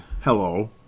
hello